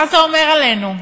מה זה אומר עלינו?